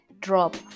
drop